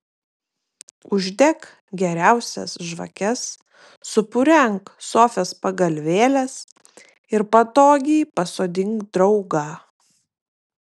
uždek geriausias žvakes supurenk sofos pagalvėles ir patogiai pasodink draugą